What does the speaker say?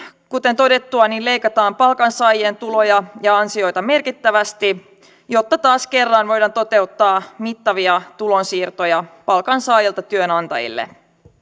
kuten todettua leikataan palkansaajien tuloja ja ansioita merkittävästi jotta taas kerran voidaan toteuttaa mittavia tulonsiirtoja palkansaajilta työnantajille